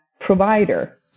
provider